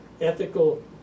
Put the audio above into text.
ethical